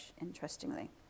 interestingly